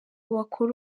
bakora